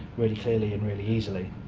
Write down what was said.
really clearly and really easily.